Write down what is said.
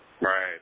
Right